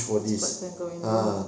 nak cepatkan kahwin dia ah